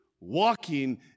walking